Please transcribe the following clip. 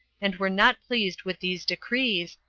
and were not pleased with these decrees,